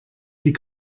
die